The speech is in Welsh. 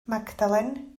magdalen